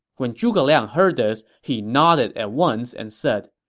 when zhuge liang heard this, he nodded at once and said,